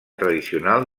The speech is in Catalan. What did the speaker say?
tradicional